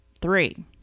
three